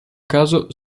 caso